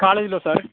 కాలేజీలో సార్